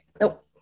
Nope